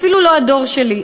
אפילו לא הדור שלי,